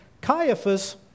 Caiaphas